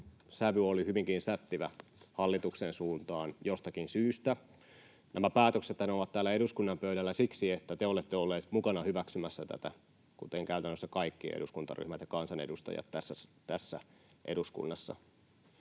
sävy oli hyvinkin sättivä hallituksen suuntaan jostakin syystä. Nämä päätöksethän ovat täällä eduskunnan pöydällä siksi, että te olette olleet mukana hyväksymässä tätä, kuten käytännössä kaikki eduskuntaryhmät ja kansanedustajat tässä eduskunnassa.